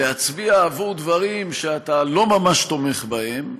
להצביע עבור דברים שאתה לא ממש תומך בהם,